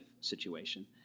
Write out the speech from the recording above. situation